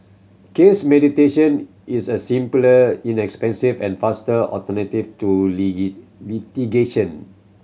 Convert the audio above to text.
case mediation is a simpler inexpensive and faster alternative to litigation